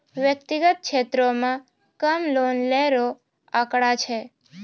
व्यक्तिगत क्षेत्रो म कम लोन लै रो आंकड़ा छै